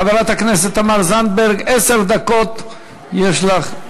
חברת הכנסת תמר זנדברג, עשר דקות יש לך,